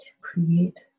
create